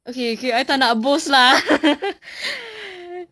okay okay I tak nak boast lah